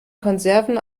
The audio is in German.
konserven